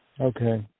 Okay